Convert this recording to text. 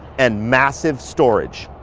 and massive storage.